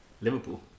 Liverpool